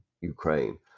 Ukraine